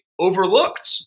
overlooked